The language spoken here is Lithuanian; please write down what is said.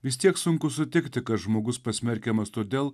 vis tiek sunku sutikti kad žmogus pasmerkiamas todėl